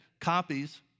copies